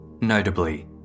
Notably